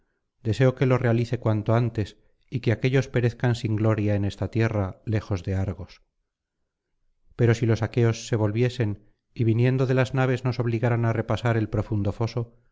deseo que lo realice cuanto antes y que aquéllos perezcan sin gloria en esta tierra lejos de argos pero si los aqueos se volviesen y viniendo de las naves nos obligaran á repasar el profundo foso